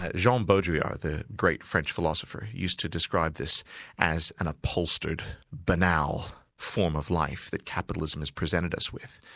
ah jean um beaudrillard, the great french philosopher, used to describe this as an upholstered, banal form of life that capitalism has presented us with.